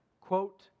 quote